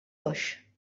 oix